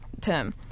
term